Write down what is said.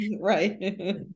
Right